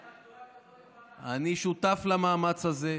אני שותף למאמץ הזה.